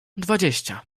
dwadzieścia